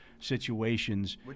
situations